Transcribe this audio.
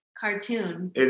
cartoon